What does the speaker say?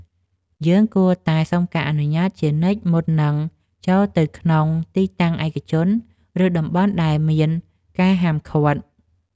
យើងគួរតែសុំការអនុញ្ញាតជានិច្ចមុននឹងចូលទៅក្នុងទីតាំងឯកជន ឬតំបន់ដែលមានការហាមឃាត់។